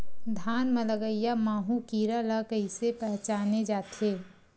धान म लगईया माहु कीरा ल कइसे पहचाने जाथे?